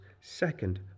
second